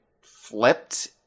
flipped